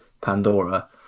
pandora